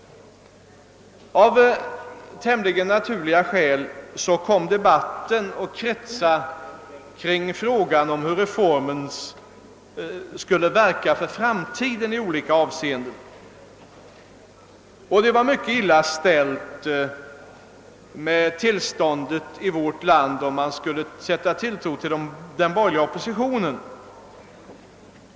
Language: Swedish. Av tämligen naturliga skäl kom debatten att kretsa kring frågan om hur reformen i olika avseenden skulle påverka framtiden. Det skulle bli mycket illa ställt för oss, om man skulle sätta tilltro till den borgerliga oppositionen.